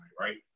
right